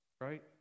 right